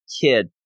kid